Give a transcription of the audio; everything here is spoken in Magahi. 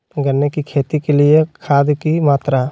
गन्ने की खेती के लिए खाद की मात्रा?